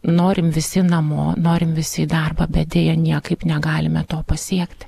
norim visi namo norim visi į darbą bet deja niekaip negalime to pasiekti